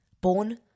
Born